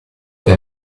che